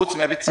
פרט לביצים?